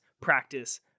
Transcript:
practice